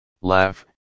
laugh